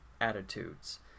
attitudes